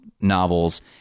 novels